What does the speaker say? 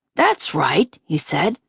that's right! he said,